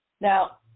Now